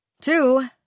Two